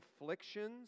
afflictions